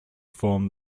form